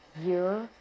year